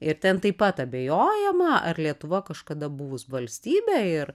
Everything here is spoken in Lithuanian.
ir ten taip pat abejojama ar lietuva kažkada buvus valstybė ir